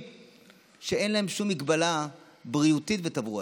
שאין להם שום הגבלה בריאותית ותברואתית.